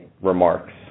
remarks